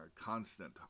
constant